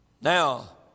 Now